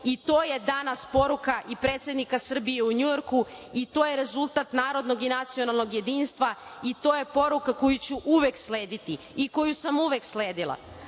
i to je danas poruka i predsednika Srbije u Njujorku i to je rezultat narodnog i nacionalnog jedinstva i to je poruka koju ću uvek slediti i koju sam uvek sledila. Da